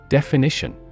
Definition